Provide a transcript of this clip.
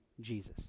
Jesus